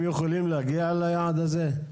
הם יכולים להגיע ליעד הזה?